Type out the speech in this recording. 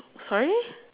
sorry